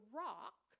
rock